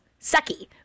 sucky